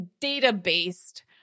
data-based